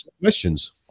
questions